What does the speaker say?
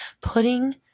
putting